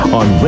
on